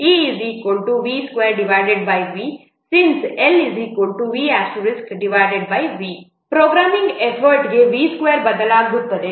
E V2 V Since LV V programming effort V2 ಬದಲಾದಂತೆ ಬದಲಾಗುತ್ತದೆ